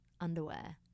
underwear